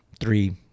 three